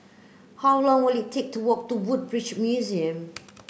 how long will it take to walk to Woodbridge Museum